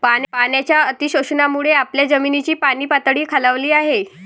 पाण्याच्या अतिशोषणामुळे आपल्या जमिनीची पाणीपातळी खालावली आहे